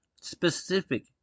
specific